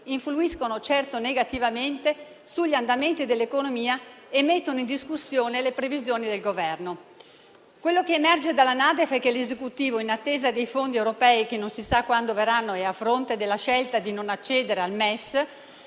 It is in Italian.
influiscono negativamente sugli andamenti dell'economia e mettono in discussione le previsioni del Governo. Quello che emerge dalla NADEF è che l'Esecutivo, in attesa dei fondi europei che non si sa quando verranno e a fronte della scelta di non accedere al MES,